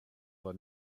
war